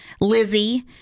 Lizzie